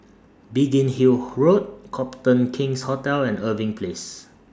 Biggin Hill Road Copthorne King's Hotel and Irving Place